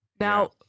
now